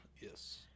Yes